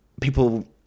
people